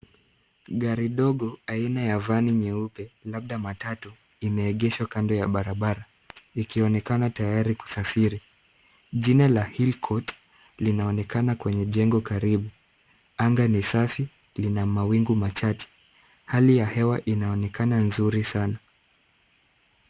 Gari dogo aina ya [cs ] vani[cs ] nyeupe labda matatu limeegeshwa kando ya barabara likionekana tayari kusafiri. Jina la Hill Court linaonekana kwenye jengo karibu. Anga ni safi lina mawingu machache. Hali ya hewa inaonekana nzuri sana.